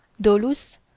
Dolus